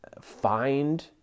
find